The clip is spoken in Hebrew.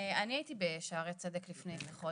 אני הייתי בשערי צדק לפני כחודש.